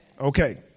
Okay